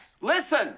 Listen